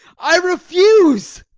i refuse!